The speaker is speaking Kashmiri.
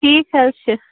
ٹھیٖک حظ چھِ